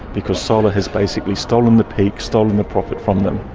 because solar has basically stolen the peak, stolen the profit from them.